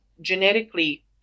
genetically